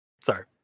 Sorry